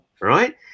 right